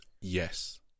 Yes